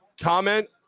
Comment